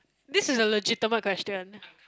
this is a legitimate question